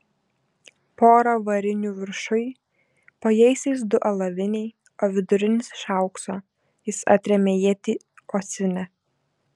pora varinių viršuj po jaisiais du alaviniai o vidurinis iš aukso jis atrėmė ietį uosinę